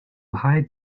hide